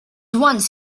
once